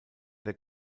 der